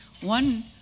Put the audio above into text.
One